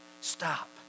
Stop